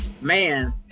Man